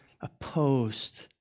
opposed